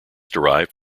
derived